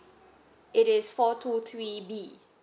it is four two three B